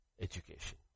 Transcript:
education